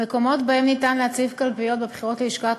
המקומות שבהם ניתן להציב קלפיות בבחירות ללשכת